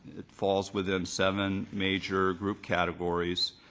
it falls within seven major group categories,